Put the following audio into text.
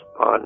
on